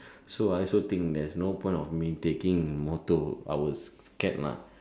so I also think there's no point of me taking motor I will scared mah